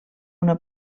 una